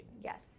Yes